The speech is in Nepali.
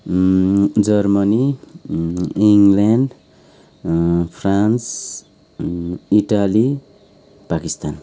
Germany England France Italy Pakistan